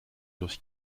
durch